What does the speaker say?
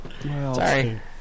Sorry